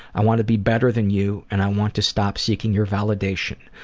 i want to be better than you and i want to stop seeking your validation.